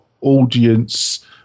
audience